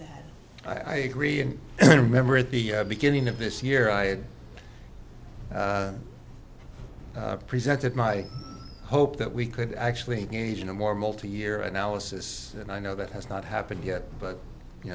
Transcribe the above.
that i agree and remember at the beginning of this year i presented my hope that we could actually gain a more multi year analysis and i know that has not happened yet but you